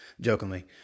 jokingly